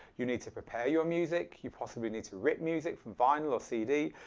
you need to prepare your music, you possibly need to rip music from vinyl or cd,